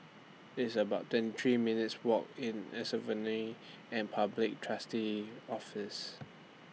It's about twenty three minutes' Walk to Insolvency and Public Trustee's Office